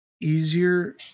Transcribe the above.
easier